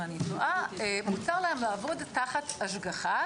אני טועה מותר להם לעבוד תחת השגחה.